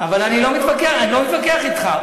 רגע, אני לא מתווכח אתך.